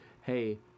hey